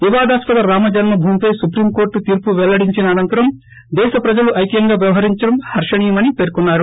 వివాదాస్పద రామజన్మభూమిపై సుప్రీంకోర్టు తీర్పు పెల్లడించిన అనంతరం దేశ ప్రజలు ఐక్యతగా వ్యవహరించడం హర్షణీయమని పేర్కొన్నారు